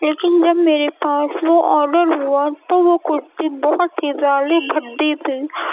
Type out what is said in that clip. لیکن جب میرے پاس وہ آڈر ہوا تو وہ کرتی بہت ہی زیادہ بھدی تھی